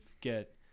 get